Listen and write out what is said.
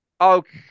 Okay